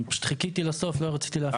אני פשוט חיכיתי לסוף לא רציתי להפריע.